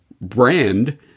brand